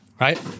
Right